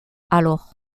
alors